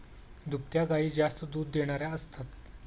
दुभत्या गायी जास्त दूध देणाऱ्या असतात